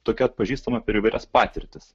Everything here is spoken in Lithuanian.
tokia atpažįstama per įvairias patirtis